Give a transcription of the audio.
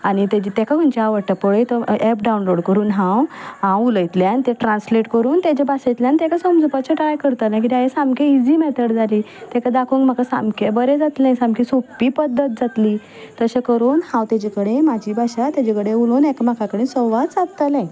आनी तेका खंयचो आवडटा पळय तो एप डावनलोड करून हांव हांव उलयतलें आनी तें ट्रांसलेट करून तेज्या बसयतलें आनी ताका समजुपाचें ट्राय करतलें ही सामकी इजी मेथड जाली ताका दाखोवंक म्हाका सामकें बरें जातलें सामकें सोंपी पद्दत जातली तशें करून हांव ताजे कडेन म्हज्या भाशा ताजे कडेन उलोवन एकामेका कडेन संवाद सादतलें